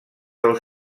del